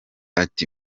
ati